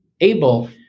able